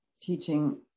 teaching